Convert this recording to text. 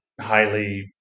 highly